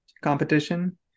competition